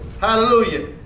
Hallelujah